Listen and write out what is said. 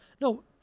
No